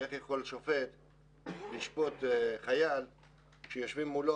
כי איך יכול שופט לשפוט חייל כשיושבים מולו